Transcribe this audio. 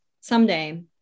Someday